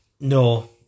No